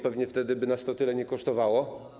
Pewnie wtedy by nas to tyle nie kosztowało.